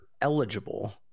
eligible